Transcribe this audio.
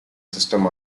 system